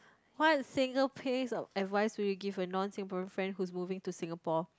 what single piece of advice will you give a non Singaporean friend who's moving to Singapore